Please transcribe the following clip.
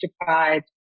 deprived